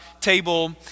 Table